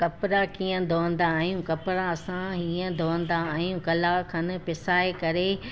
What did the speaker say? कपिड़ा कीअं धोअंदा आहियूं कपिड़ा असां ईंअ धोअंदा आहियूं कलाकु खणु पुसाए करे